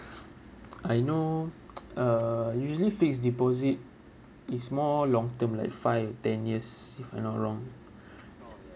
I know uh usually fixed deposit is more long term like five or ten years if I'm not wrong